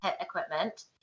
equipment